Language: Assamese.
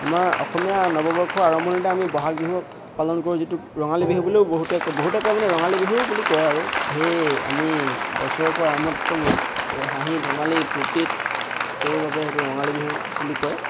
আমাৰ অসমীয়া নৱবৰ্ষৰ আৰম্ভণীতে আমি বহাগ বিহু পালন কৰোঁ যিটোক ৰঙালী বিহু বুলিও বহুতে বহুতে কয় মানে ৰঙালী বিহু বুলি কয় আৰু সেই আমি বছৰেকৰ আৰামততো হাঁহি ধেমালি ফূৰ্তিত কৰো বাবে সেইটো ৰঙালী বিহু বুলি কয়